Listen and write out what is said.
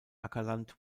ackerland